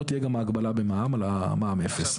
לא תהיה גם ההגבלה במע"מ על מע"מ אפס.